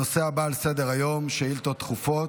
הנושא הבא על סדר-היום הוא שאילתות דחופות.